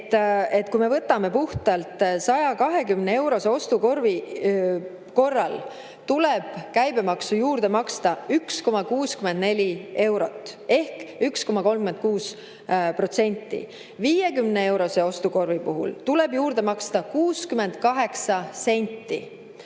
Kui me võtame puhtalt 120‑eurose ostukorvi, siis tuleb käibemaksu juurde maksta [2] eurot ehk [1,66%]. 50‑eurose ostukorvi puhul tuleb juurde maksta [83] senti